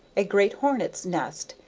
a great hornet's nest,